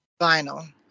vinyl